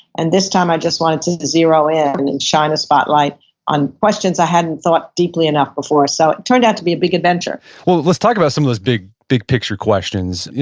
and this time i just wanted to to zero in and shine a spotlight on questions i hadn't thought deeply enough before. so it turned out to be a big adventure well let's talk about some of those big big picture questions. yeah